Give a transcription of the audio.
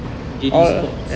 J D sports